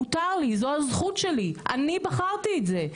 מותר לי, זו הזכות שלי, אני בחרתי את זה.